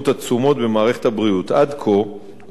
עד כה, עודכנה שיטת חישוב המדד,